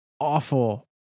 awful